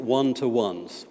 one-to-ones